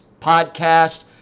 podcast